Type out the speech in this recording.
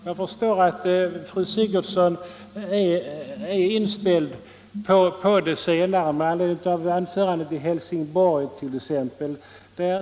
Jag förstår t.ex. med tanke på fru Sigurdsens anförande i Helsingborg att fru Sigurdsen är inställd på de senare insatserna.